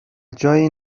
جایی